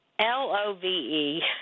L-O-V-E